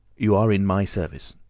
you are in my service.